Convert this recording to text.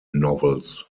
novels